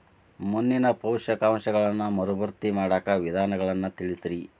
ಮಣ್ಣಿನ ಪೋಷಕಾಂಶಗಳನ್ನ ಮರುಭರ್ತಿ ಮಾಡಾಕ ವಿಧಾನಗಳನ್ನ ತಿಳಸ್ರಿ